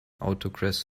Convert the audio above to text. autographs